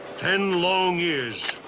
ten long years.